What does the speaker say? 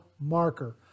marker